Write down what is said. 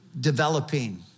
developing